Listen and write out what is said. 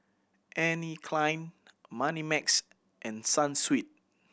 Anne Klein Moneymax and Sunsweet